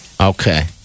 Okay